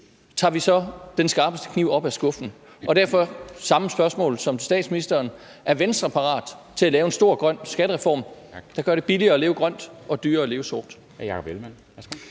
tager vi så den skarpeste kniv op af skuffen? Og derfor det samme spørgsmål som til statsministeren: Er Venstre parat til at lave en stor grøn skattereform, der gør det billigere at leve grønt og dyrere at leve sort?